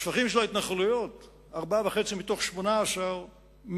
השפכים של ההתנחלויות: 4.5 מיליונים מתוך 18 מטופלים.